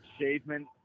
achievement